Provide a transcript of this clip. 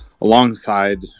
alongside